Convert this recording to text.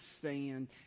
stand